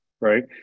Right